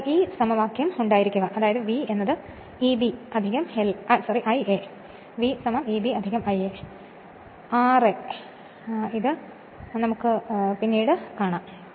അപ്പോൾ ഈ സമവാക്യം ഉണ്ടായിരിക്കുക V Eb I a r a ഇത് കാണും ഇത് പിന്നീട് കാണും